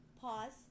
pause